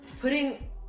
putting